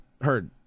heard